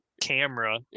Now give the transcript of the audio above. camera